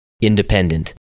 independent